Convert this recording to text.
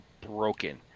broken